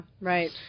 right